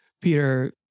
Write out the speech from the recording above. Peter